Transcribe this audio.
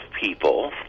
people